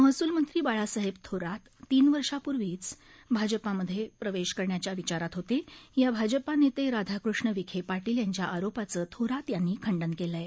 महसूल मंत्री बाळासाहेब थोरात तीन वर्षापूर्वीचं भाजपामधे प्रवेश करण्याच्या विचारात होते या भाजपा नेते राधाकृष्ण विखे पाटील यांच्या आरोपाचं थोरात यांनी खंडन केलं आहे